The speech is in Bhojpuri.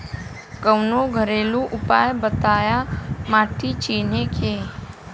कवनो घरेलू उपाय बताया माटी चिन्हे के?